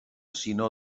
sinó